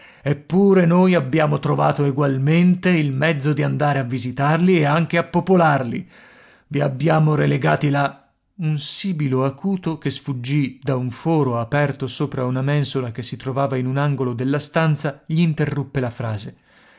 eppure noi abbiamo trovato egualmente il mezzo di andare a visitarli e anche a popolarli i abbiamo relegati là un sibilo acuto che sfuggì da un foro aperto sopra una mensola che si trovava in un angolo della stanza gl'interruppe la frase